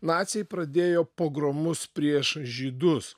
naciai pradėjo pogromus prieš žydus